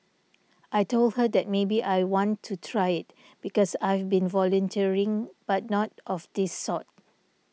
I told her that maybe I want to try it because I've been volunteering but not of this sort